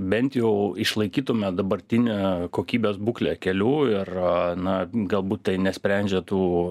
bent jau išlaikytume dabartinę kokybės būklę kelių ir na galbūt tai nesprendžia tų